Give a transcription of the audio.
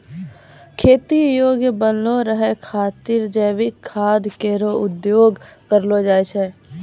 खेती योग्य बनलो रहै खातिर जैविक खाद केरो उपयोग करलो जाय छै